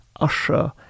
Usher